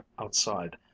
outside